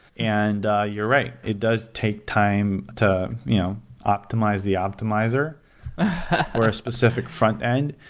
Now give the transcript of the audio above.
and ah you're right, it does take time to optimize the optimizer for a specific frontend.